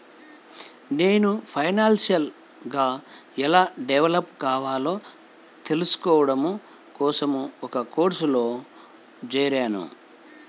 నేను ఫైనాన్షియల్ గా ఎలా డెవలప్ కావాలో తెల్సుకోడం కోసం ఒక కోర్సులో జేరాను